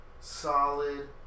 solid